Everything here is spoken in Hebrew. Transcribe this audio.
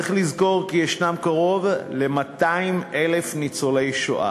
צריך לזכור כי יש קרוב ל-200,000 ניצולי שואה.